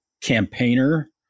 campaigner